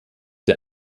der